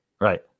Right